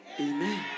Amen